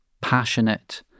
passionate